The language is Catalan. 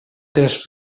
tres